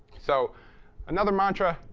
so another mantra,